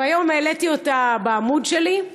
והיום העליתי אותה בעמוד שלי,